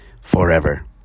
forever